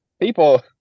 People